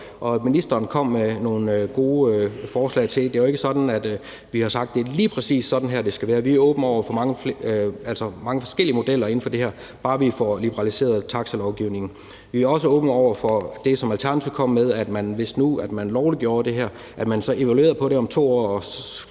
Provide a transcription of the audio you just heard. og ministeren kom med nogle gode forslag til det. Det er jo ikke sådan, at vi har sagt, at det er lige præcis sådan her, det skal være. Vi er åbne over for mange forskellige modeller inden for det her, bare vi får liberaliseret taxalovgivningen. Vi er også åbne over for det, som Alternativet kom med, at nemlig at man, hvis det her blev lovliggjort, så evaluerede på det om 2 år,